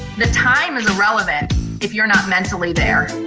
the time is irrelevant if you're not mentally there.